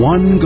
One